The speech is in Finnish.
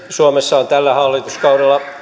suomessa on tällä hallituskaudella